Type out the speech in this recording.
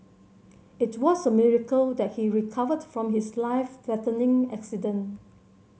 it was a miracle that he recovered from his life threatening accident